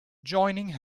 joining